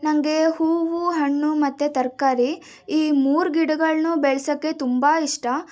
ನನಗೆ ಹೂವು ಹಣ್ಣು ಮತ್ತೆ ತರಕಾರಿ ಈ ಮೂರು ಗಿಡಗಳನ್ನು ಬೆಳ್ಸೋಕೆ ತುಂಬ ಇಷ್ಟ